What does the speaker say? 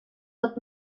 pot